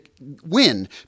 win